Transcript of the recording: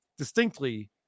distinctly